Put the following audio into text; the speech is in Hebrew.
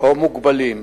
או מוגבלים.